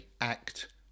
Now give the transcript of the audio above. ACT